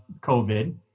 COVID